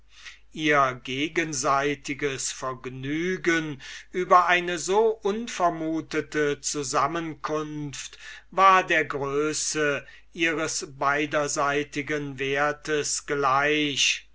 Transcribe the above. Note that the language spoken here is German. ihr gegenseitiges vergnügen über eine so unvermutete zusammenkunft war der größe ihres beiderseitigen wertes gleich